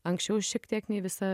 anksčiau šiek tiek nei visa